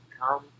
Come